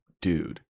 dude